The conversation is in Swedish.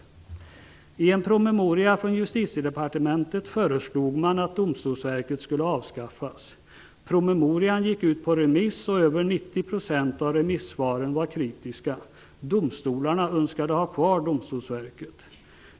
I en promemoria från Justitiedepartementet föreslog man att Domstolsverket skulle avskaffas. Promemorian gick ut på remiss, och över 90 % av remissvaren var kritiska; domstolarna önskade ha kvar Domstolsverket.